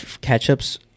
ketchup's